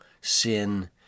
sin